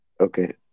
okay